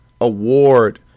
award